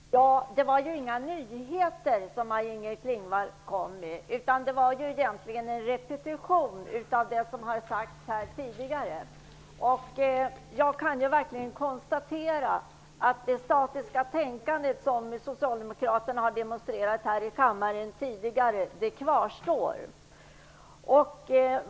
Fru talman! Det var inga nyheter som Maj-Inger Klingvall kom med. Det var egentligen en repetition av det som har sagts här tidigare. Jag kan verkligen konstatera att det statiska tänkandet som socialdemokraterna har demonstrerat tidigare här i kammaren kvarstår.